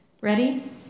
Ready